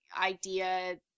idea